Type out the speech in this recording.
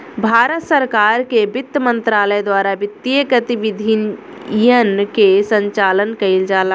भारत सरकार के बित्त मंत्रालय द्वारा वित्तीय गतिविधियन के संचालन कईल जाला